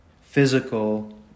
physical